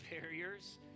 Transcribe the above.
barriers